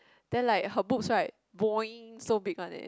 then like her boobs right boing so big one leh